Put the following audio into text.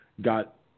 got